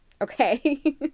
Okay